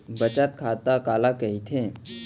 बचत खाता काला कहिथे?